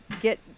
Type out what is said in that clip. get